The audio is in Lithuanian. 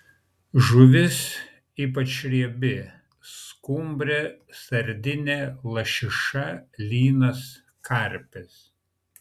žuvis ypač riebi skumbrė sardinė lašiša lynas karpis